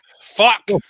Fuck